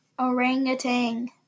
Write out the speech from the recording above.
Orangutan